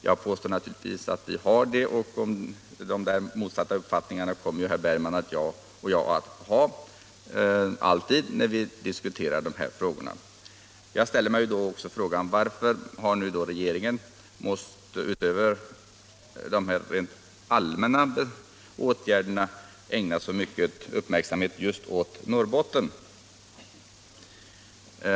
Jag påstår naturligtvis att vi har det, och de motsatta uppfattningarna kommer herr Bergman och jag alltid att ha när vi diskuterar de här frågorna. Varför har då regeringen, utöver de allmänna åtgärderna, måst ägna så mycken uppmärksamhet just åt Norrbotten?